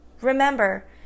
Remember